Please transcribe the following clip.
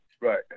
Right